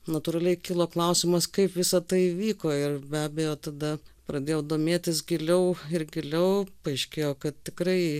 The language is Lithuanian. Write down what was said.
natūraliai kilo klausimas kaip visa tai įvyko ir be abejo tada pradėjau domėtis giliau ir giliau paaiškėjo kad tikrai